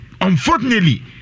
Unfortunately